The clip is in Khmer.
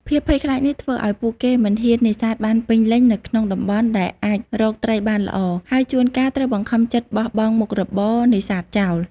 ភាពភ័យខ្លាចនេះធ្វើឱ្យពួកគេមិនហ៊ាននេសាទបានពេញលេញនៅក្នុងតំបន់ដែលអាចរកត្រីបានល្អ ហើយជួនកាលត្រូវបង្ខំចិត្តបោះបង់មុខរបរនេសាទចោល។